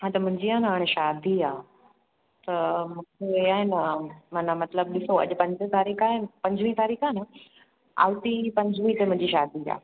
हा त मुंहिंजी आहे न हाणे शादी आहे त मूंखे आहे न माना मतिलबु ॾिसो अॼु पंज तारीख़ आहे न पंजवीह तारीख़ आहे न ऐं टी पंजवीह ते मुंहिंजी शादी आहे